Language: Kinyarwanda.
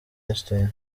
einstein